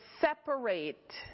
separate